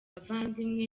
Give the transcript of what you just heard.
bavandimwe